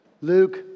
Luke